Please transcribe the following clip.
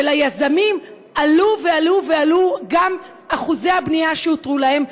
וליזמים עלו ועלו ועלו גם אחוזי הבנייה שהותרו להם,